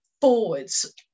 forwards